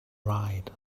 right